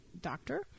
doctor